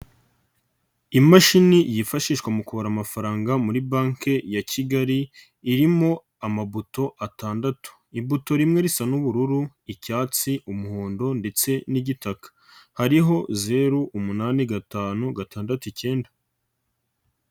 Imashini yifashishwa mu kubara amafaranga muri banki ya Kigali irimo amabuto atandatu imbuto rimwe risa n'ubururu, icyatsi, umuhondo, ndetse n'igitaka, hariho zeru umunani, gatanu, gatandatu, icyenda.